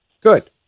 Good